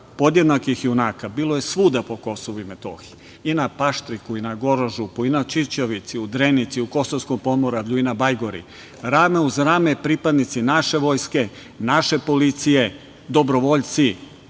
podjednakih junaka bilo je svuda po Kosovu i Metohiji i na Paštriku i na Gorožupu i na Ćićevici, u Drenici, u Kosovskom pomoravlju i na Bajgori. Rame uz rame pripadnici naše vojske, naše policije, dobrovoljci,